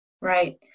Right